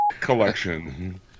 collection